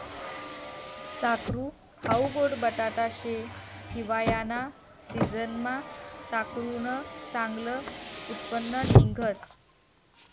साकरू हाऊ गोड बटाटा शे, हिवायाना सिजनमा साकरुनं चांगलं उत्पन्न निंघस